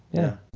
yeah